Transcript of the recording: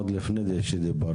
עוד לפני שדיברת.